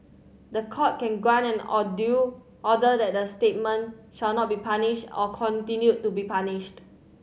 the Court can grant an order that the statement shall not be published or continue to be published